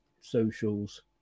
socials